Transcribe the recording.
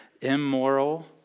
immoral